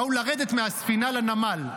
באו לרדת מהספינה לנמל.